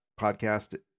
podcast